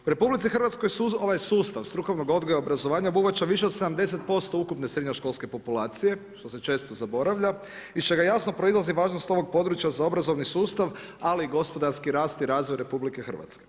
RH ovaj sustav strukovnog odgoja i obrazovanja obuhvaća više od 70% ukupne srednjoškolske populacije, što se često zaboravlja iz čega jasno proizlazi važnost ovog područja za obrazovni sustav ali i gospodarski rast i razvoj RH.